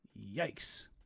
Yikes